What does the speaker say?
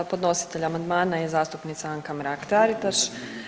Podnositelj amandmana je zastupnica Anka Mrak-Taritaš.